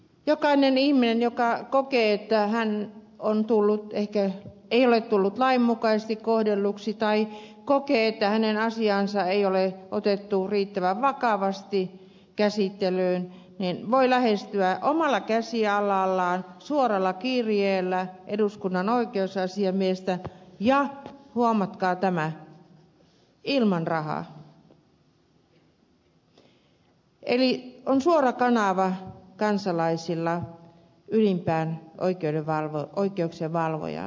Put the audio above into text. jokainen ihminen joka kokee että ei ole tullut lainmukaisesti kohdelluksi tai kokee että hänen asiaansa ei ole otettu riittävän vakavasti käsittelyyn voi lähestyä omalla käsialallaan suoralla kirjeellä eduskunnan oikeusasiamiestä ja huomatkaa tämä ilman rahaa eli on suora kanava kansalaisilla ylimpään oikeuksien valvojaan lainvalvojaan